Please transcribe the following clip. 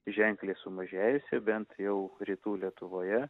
ženkliai sumažėjusi bent jau rytų lietuvoje